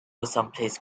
someplace